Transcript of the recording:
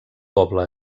poble